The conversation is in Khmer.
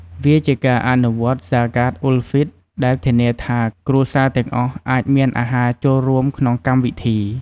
វាជាការអនុវត្តន៍ហ្សាកាតអ៊ុលហ្វីត្រ ដែលធានាថា គ្រួសារទាំងអស់អាចមានអាហារចូលរួមក្នុងកម្មវិធី។